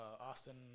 Austin